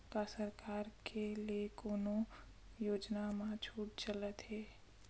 का सरकार के ले कोनो योजना म छुट चलत हे?